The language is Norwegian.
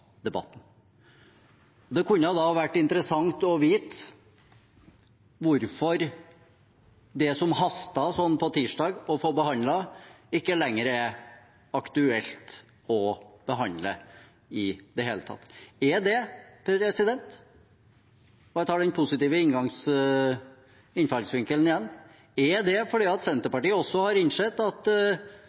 debatten. Det kunne da ha vært interessant å få vite hvorfor det som på tirsdag hastet slik å få behandlet, ikke lenger er aktuelt å behandle i det hele tatt. Er det – og jeg tar den positive innfallsvinkelen igjen – fordi Senterpartiet også har innsett at